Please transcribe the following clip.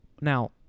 Now